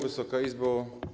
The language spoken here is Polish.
Wysoka Izbo!